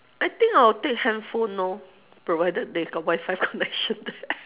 I think I'll take handphone lor provided they got wi-fi connection there